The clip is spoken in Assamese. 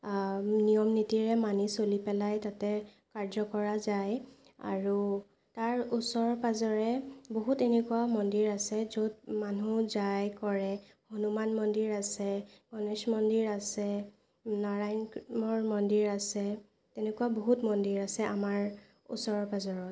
নিয়ম নীতিৰে মানি চলি পেলাই তাতে কাৰ্য কৰা যায় আৰু তাৰ ওচৰে পাজৰে বহুত এনেকুৱা মন্দিৰ আছে য'ত মানুহ যায় কৰে হনুমান মন্দিৰ আছে গণেশ মন্দিৰ আছে নাৰায়ণৰ মন্দিৰ আছে তেনেকুৱা বহুত মন্দিৰ আছে আমাৰ ওচৰ পাজৰত